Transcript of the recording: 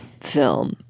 film